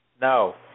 No